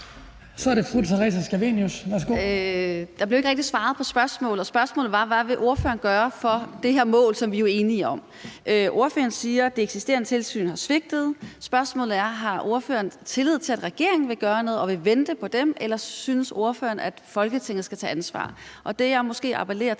Der blev ikke rigtig svaret på spørgsmålet. Spørgsmålet var, hvad ordføreren vil gøre for det her mål, som vi jo er enige om. Ordføreren siger, at det eksisterende tilsyn har svigtet. Spørgsmålet er: Har ordføreren tillid til, at regeringen vil gøre noget, og vil ordføreren vente på dem, eller synes ordføreren, at Folketinget skal tage ansvar? Det, jeg måske appellerer